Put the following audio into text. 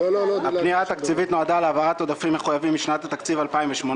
הפנייה התקציבית נועדה להעברת עודפים מחויבים משנת התקציב 2018